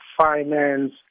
Finance